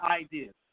ideas